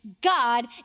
God